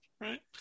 Right